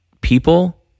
people